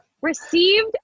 received